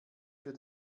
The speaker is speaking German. für